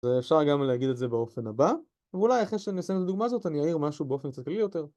ואפשר גם להגיד את זה באופן הבא. ואולי אחרי שאני אסיים את הדוגמה הזאת אני אעיר משהו באופן קצת כללי יותר